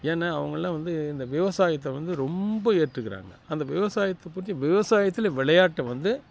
ஏன்னா அவங்கள்லாம் வந்து இந்த விவசாயத்தை வந்து ரொம்ப ஏற்றுருக்கிறாங்க அந்த விவசாயத்தை பற்றி விவசாயத்தில் விளையாட்டு வந்து